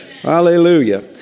Hallelujah